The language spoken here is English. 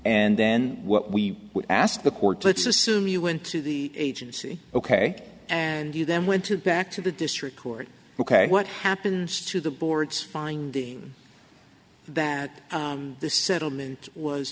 and then what we would ask the court let's assume you went to the agency ok and you then went to back to the district court ok what happens to the board's finding that the settlement was